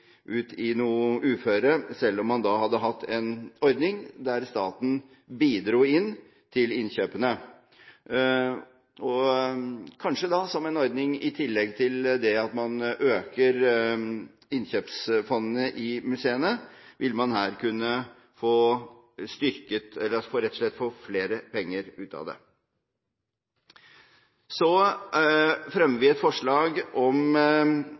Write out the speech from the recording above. noe uføre selv om man hadde hatt en ordning der staten bidro til innkjøpene, kanskje som en ordning i tillegg til at man øker innkjøpsfondene i museene. Da ville man rett og slett kunne få flere penger ut av det. Så fremmer vi et forslag om